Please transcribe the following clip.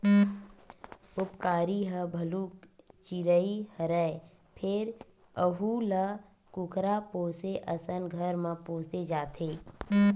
उपकारी ह भलुक चिरई हरय फेर यहूं ल कुकरा पोसे असन घर म पोसे जाथे